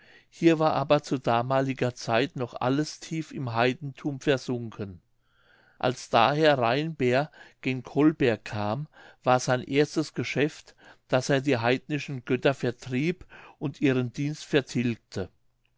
hier war aber zu damaliger zeit noch alles tief im heidenthum versunken als daher reinber gen kolberg kam war sein erstes geschäft daß er die heidnischen götter vertrieb und ihren dienst vertilgte